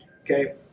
Okay